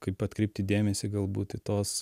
kaip atkreipti dėmesį galbūt į tuos